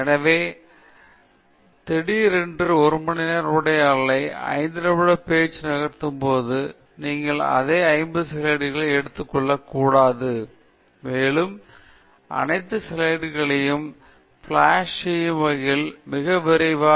எனவே ஆனால் திடீரென்று ஒரு மணிநேர உரையாடலை 5 நிமிட பேச்சுக்கு நகர்த்தும்போது நீங்கள் அதே 50 ஸ்லைடுகளை எடுத்துக் கொள்ளக்கூடாது மேலும் அனைத்து ஸ்லைடுகளையும் ப்ளாஷ் செய்யும் வகையில் மிக விரைவாக நுழையவும்